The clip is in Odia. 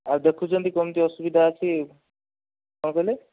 ଆଉ ଦେଖୁଛନ୍ତି କେମତି ଅସୁବିଧା ଅଛି କଣ କହିଲେ